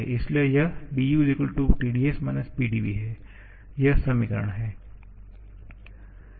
इसलिए यह du TdS - Pdv यह समीकरण है